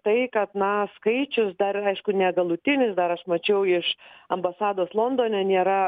tai kad na skaičius dar yra aišku negalutinis dar aš mačiau iš ambasados londone nėra